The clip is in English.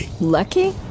Lucky